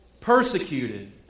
persecuted